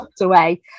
away